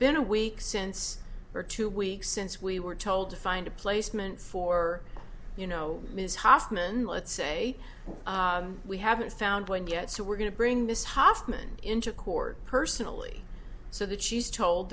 been a week since we're two weeks since we were told to find a placement for you know ms hofmann let's say we haven't found one yet so we're going to bring this hofmann into court personally so that she's told